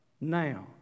now